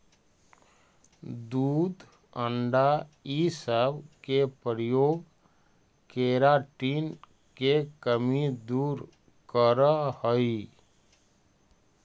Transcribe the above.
दूध अण्डा इ सब के प्रयोग केराटिन के कमी दूर करऽ हई